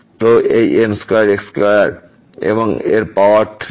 তো এই m2x2 এবং এর পাওয়ার 3